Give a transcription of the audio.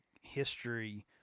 history